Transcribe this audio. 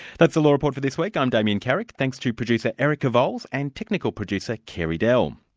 that's the law report for this week. i'm damien carrick, thanks to producer erica vowles and technical producer carey dell